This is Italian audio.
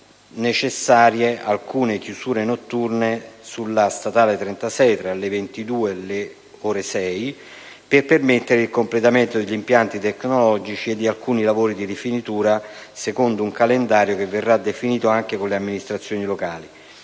necessarie alcune chiusure notturne della strada statale 36 (tra le ore 22 e le ore 6), per permettere il completamento degli impianti tecnologici e di alcuni lavori di rifinitura, secondo un calendario che verrà definito anche con le amministrazioni locali.